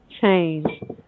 change